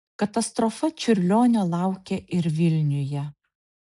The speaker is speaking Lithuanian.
katastrofa čiurlionio laukė ir vilniuje